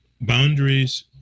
Boundaries